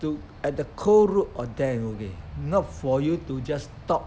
to at the core root of them okay not for you to just talk